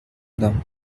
them